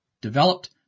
developed